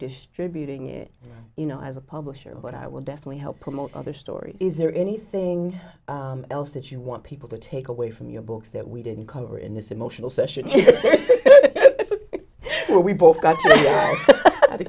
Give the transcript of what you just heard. distributing it you know as a publisher but i will definitely help promote other stories is there anything else that you want people to take away from your books that we didn't cover in this emotional session where we both got to